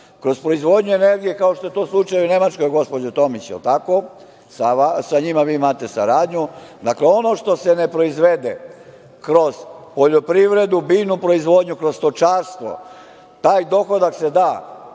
kroz proizvodnju energije, kao što je to slučaj u Nemačkoj, gospođo Tomić, jel tako, sa njima vi imate saradnju, dakle, ono što se ne proizvede kroz poljoprivredu, biljnu proizvodnju, kroz stočarstvo, taj dohodak se da